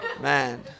man